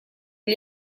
gli